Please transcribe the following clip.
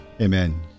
Amen